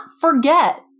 forget